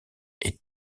est